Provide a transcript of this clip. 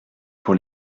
pour